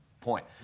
point